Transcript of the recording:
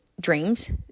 dreams